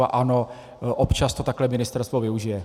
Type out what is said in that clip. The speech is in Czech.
A ano, občas to takhle ministerstvo využije.